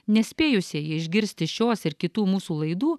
nespėjusieji išgirsti šios ir kitų mūsų laidų